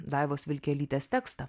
daivos vilkelytės tekstą